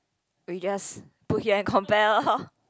we just put here and compare lor